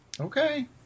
Okay